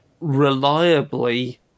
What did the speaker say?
reliably